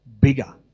bigger